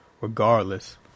regardless